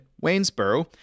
Waynesboro